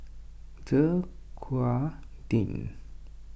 Dequadin